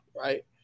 right